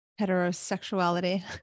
heterosexuality